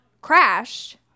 crashed